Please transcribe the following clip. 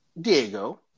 Diego